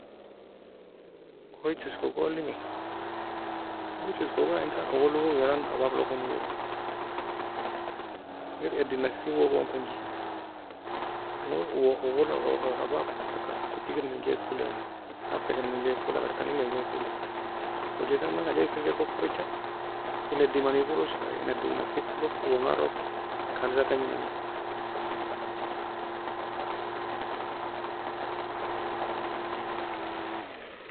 Oyie tosko go elimi. Oyie tosko goia entan owollogon wera abaklogon owo, engir eddi nassie owo gon konji, owollog abak log taka kotikir menjai ko eli thabtakir menjai ko eli agar tanil menjae ko eli, kochi tana haje en firgika okirecha, en eddi mani go log, en eddi nassie kolog owongar log kaleda tangie nami.